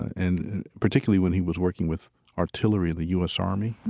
and particularly when he was working with artillery in the u s. army